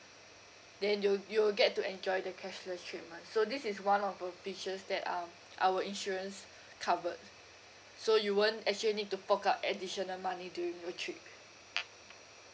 then you you will get to enjoy the cashless treatment so this is one of the features that um our insurance covered so you won't actually need to fork out additional money during your trip